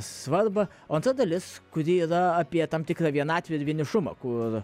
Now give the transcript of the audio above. svarbą o antra dalis kuri yra apie tam tikrą vienatvę ir vienišumą kur